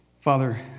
Father